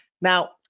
now